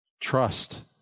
trust